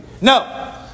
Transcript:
No